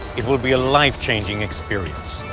it will be a life-changing experience.